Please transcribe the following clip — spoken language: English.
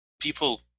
people